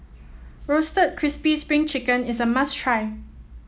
Roasted Crispy Spring Chicken is a must try